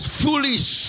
foolish